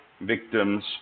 victims